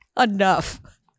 enough